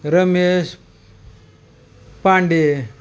Ramesh Pande